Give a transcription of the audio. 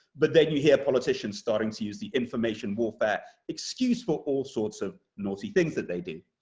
but then you hear politicians starting to use the information warfare excuse for all sorts of naughty things that they do.